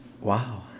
Wow